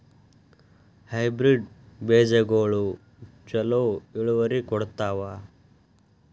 Hybrid ಬೇಜಗೊಳು ಛಲೋ ಇಳುವರಿ ಕೊಡ್ತಾವ?